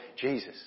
Jesus